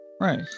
Right